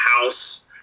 house